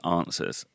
answers